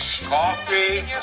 coffee